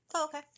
okay